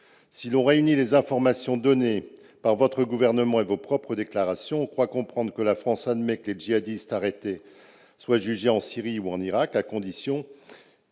Si l'on réunit les informations données par le Gouvernement et vos propres déclarations, madame la garde des sceaux, on croit comprendre que la France admet que les djihadistes arrêtés soient jugés en Syrie ou en Irak, à condition